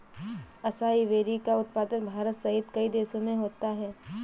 acai berry का उत्पादन भारत सहित कई देशों में होता है